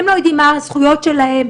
הם לא יודעים מה הזכויות שלהם.